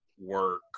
work